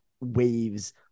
waves